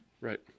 Right